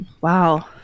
wow